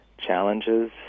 challenges